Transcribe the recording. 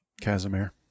Casimir